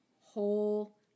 whole